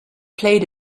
played